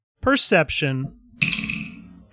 Perception